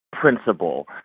principle